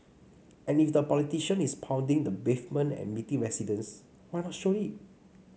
and if the politician is pounding the pavement and meeting residents why not show it